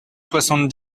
soixante